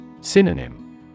Synonym